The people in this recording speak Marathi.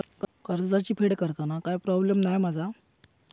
कर्जाची फेड करताना काय प्रोब्लेम नाय मा जा?